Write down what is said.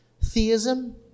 theism